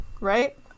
right